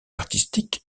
artistiques